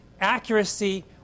Accuracy